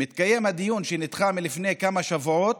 מתקיים הדיון שנדחה מלפני כמה שבועות.